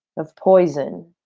of poison.